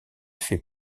fait